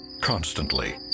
Constantly